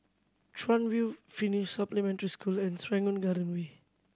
Chuan View Finnish Supplementary School and Serangoon Garden Way